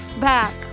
back